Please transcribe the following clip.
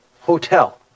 hotel